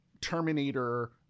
Terminator